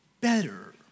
better